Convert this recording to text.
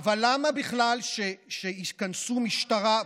אבל למה בכלל שתיכנס משטרה,